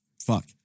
fuck